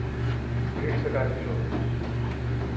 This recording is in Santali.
ᱛᱤᱨᱤᱥ ᱴᱟᱠᱟ ᱠᱤᱞᱳ